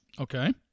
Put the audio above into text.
Okay